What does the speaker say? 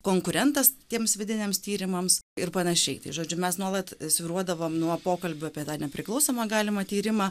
konkurentas tiems vidiniams tyrimams ir panašiai tai žodžiu mes nuolat svyruodavom nuo pokalbio apie tą nepriklausomą galimą tyrimą